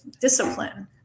discipline